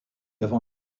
avant